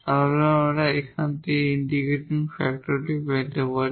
তাহলে আমরা এখান থেকে এই ইন্টিগ্রেটিং ফ্যাক্টরটি পেতে পারি